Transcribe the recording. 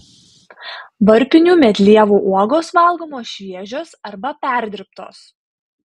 varpinių medlievų uogos valgomos šviežios arba perdirbtos